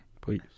Please